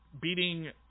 beating